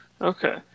Okay